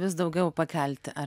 vis daugiau pakelti ar